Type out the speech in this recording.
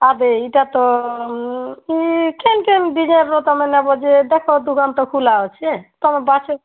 ଆ ଦେ ଏଇଟା ତ ମୁଇଁ କେନ୍ କେନ୍ ଡିଜାଇନ୍ର ତୁମେ ନେବ ଯେ ଦେଖ ଦୁକାନ୍ ତ ଖୁଲା ଅଛେ ତୁମେ ବାଛ